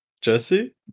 Jesse